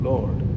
Lord